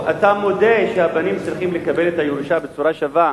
אתה מודה שהבנים צריכים לקבל את הירושה בצורה שווה.